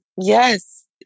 Yes